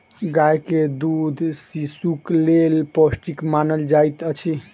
गाय के दूध शिशुक लेल पौष्टिक मानल जाइत अछि